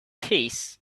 piece